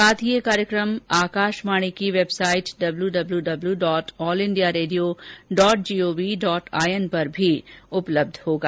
साथ ही ये कार्यक्रम आकाशवाणी की website W W W dot all India radio dot G O V dot I N पर भी उपलब्ध होगा